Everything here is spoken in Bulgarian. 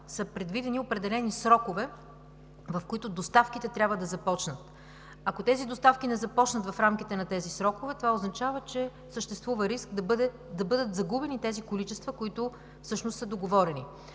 са предвидени определени срокове, в които доставките трябва да започнат. Ако тези доставки не започнат в рамките на тези срокове, това означава, че съществува риск да бъдат загубени тези количества, които всъщност са договорени.